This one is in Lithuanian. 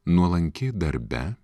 nuolanki darbe